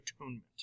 Atonement